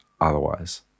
otherwise